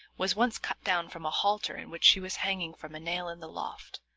was once cut down from a halter in which she was hanging from a nail in the loft,